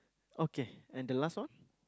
okay and the last one